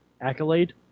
accolade